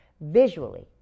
visually